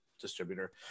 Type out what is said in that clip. distributor